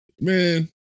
man